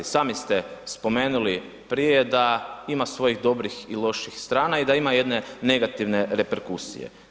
I sami ste spomenuli prije da ima svojih dobrih i loših strana i da ima jedne negativne reperkusije.